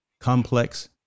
complex